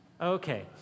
Okay